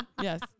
yes